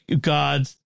God's